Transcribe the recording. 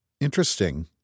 Interesting